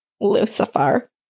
lucifer